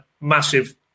massive